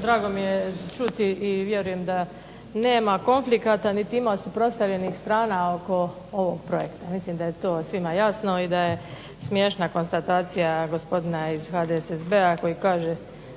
drago mi je čuti i vjerujem da nema konflikata niti ima suprotstavljenih strana oko ovog projekta. Mislim da je to svima jasno i da je smiješna konstatacija gospodina iz HDSSB-a koji kaže